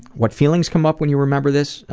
what feelings come up when you remember this?